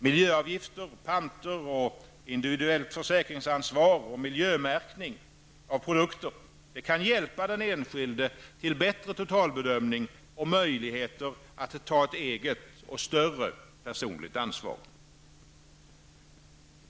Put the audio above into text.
Miljöavgifter, panter och individuellt försäkringsansvar och miljömärkning av produkter kan hjälpa den enskilde till bättre totalbedömning och möjligheter att ta ett eget och större personligt ansvar.